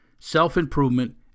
self-improvement